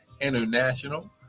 International